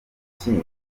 havuzwe